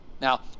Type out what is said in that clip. Now